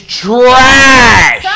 trash